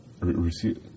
Receive